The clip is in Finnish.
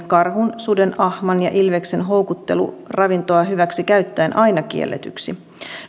karhun suden ahman ja ilveksen houkuttelu ravintoa hyväksi käyttäen aina kielletyksi